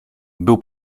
był